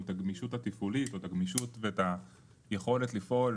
את הגמישות התפעולית או את הגמישות ואת היכולת לפעול